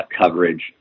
coverage